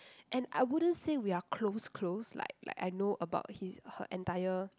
and I wouldn't say we are close close like like I know about his her entire